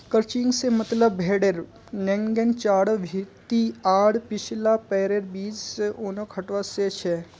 crutching से मतलब भेडेर नेंगड चारों भीति आर पिछला पैरैर बीच से ऊनक हटवा से छ